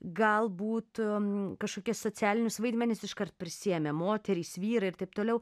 galbūt kažkokias socialinius vaidmenis iškart prisiėmė moterys vyrai ir taip toliau